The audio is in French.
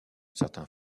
certains